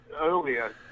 earlier